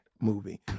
movie